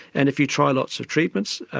and if you try lots of treatments,